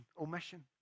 omission